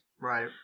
Right